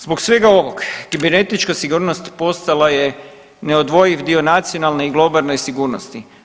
Zbog svega ovog kibernetička sigurnost postala je neodvojiv dio nacionalne i globalne sigurnosti.